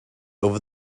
over